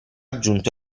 giunto